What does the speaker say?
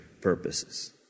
purposes